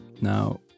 Now